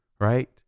right